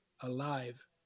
alive